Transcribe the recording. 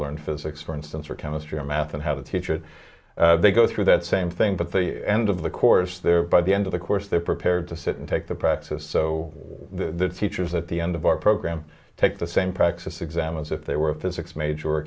learn physics for instance or chemistry or math and have a teacher they go through that same thing but the end of the course there by the end of the course they're prepared to sit and take the practice so the teachers at the end of our program take the same practice exams if they were a physics major